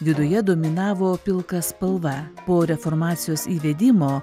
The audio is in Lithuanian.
viduje dominavo pilka spalva po reformacijos įvedimo